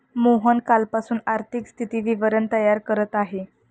मोहन कालपासून आर्थिक स्थिती विवरण तयार करत आहे